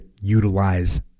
utilize